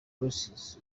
poesis